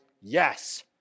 yes